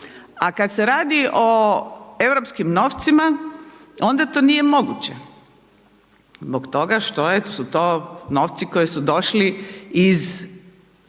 a kad se radi o europskim novcima, onda to nije moguće zbog toga što su to novci koji su došli iz